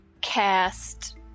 cast